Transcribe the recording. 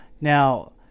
Now